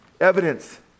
Evidence